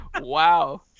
Wow